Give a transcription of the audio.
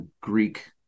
Greek